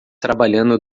trabalhando